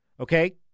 Okay